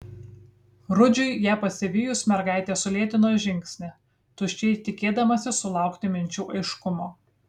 rudžiui ją pasivijus mergaitė sulėtino žingsnį tuščiai tikėdamasi sulaukti minčių aiškumo